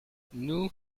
nous